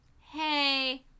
hey